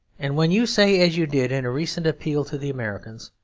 and when you say, as you did in a recent appeal to the americans,